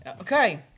Okay